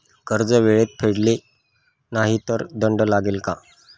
कर्ज वेळेत फेडले नाही तर दंड लागेल का?